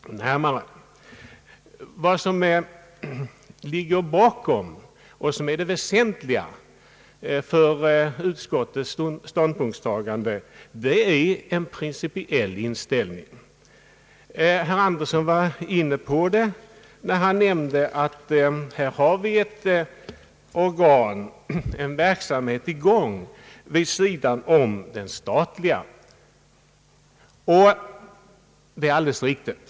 Vad som ligger bakom och är det väsentliga för utskottets ståndpunktstagande är en principiell inställning. Herr Andersson var inne på detta när han nämnde att det här gäller en verksamhet vid sidan om den statliga. Det är alldeles riktigt.